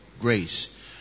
Grace